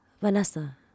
Vanessa